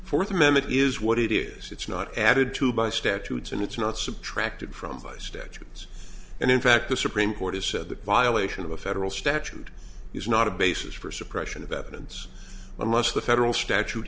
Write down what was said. fourth amendment is what it is it's not added to by statutes and it's not subtracted from by statutes and in fact the supreme court has said that violation of a federal statute is not a basis for suppression of evidence a must the federal statute